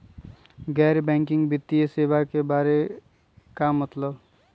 गैर बैंकिंग वित्तीय सेवाए के बारे का मतलब?